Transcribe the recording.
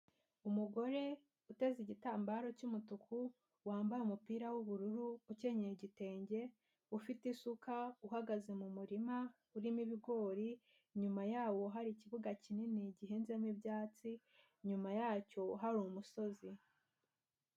Umugore uteze igitambaro cy'umutuku, wambaye umupira w'ubururu, ukenyeye igitenge, ufite isuka, uhagaze mu murima urimo ibigori, inyuma yawo hari ikibuga kinini gihinzemo ibyatsi, inyuma yacyo hari umusozi.